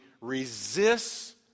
resists